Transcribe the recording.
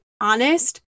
honest